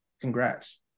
Congrats